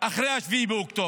אחרי 7 באוקטובר,